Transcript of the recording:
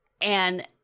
And-